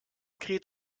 kräht